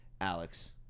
Alex